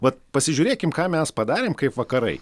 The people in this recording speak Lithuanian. vat pasižiūrėkim ką mes padarėm kaip vakarai